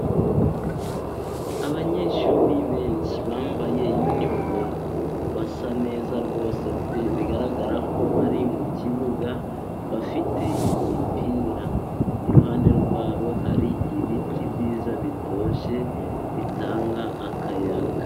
Abanyeshuri benshi bambaye unifomu basa neza rwose pe, bigaragara ko bari mu kibuga bafite imipira, iruhande rwabo hari ibiti byiza bitoje bitanga akayaga.